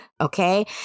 Okay